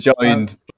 joined